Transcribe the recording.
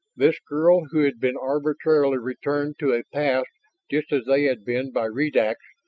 this girl who had been arbitrarily returned to a past just as they had been by redax,